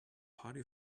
party